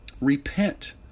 Repent